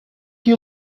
you